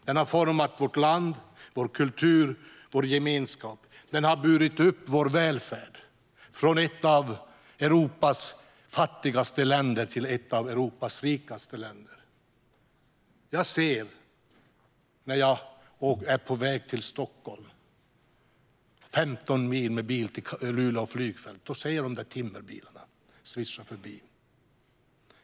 Den har format vårt land, vår kultur och vår gemenskap. Den har burit upp vår välfärd från ett av Europas fattigaste länder till ett av Europas rikaste. När jag är på väg till Stockholm, 15 mil med bil till Luleå flygfält, ser jag timmerbilarna svischa förbi.